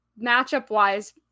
Matchup-wise